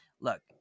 look